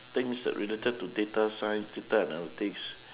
things that related to data science data analytics